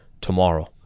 tomorrow